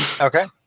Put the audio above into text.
Okay